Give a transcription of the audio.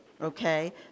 okay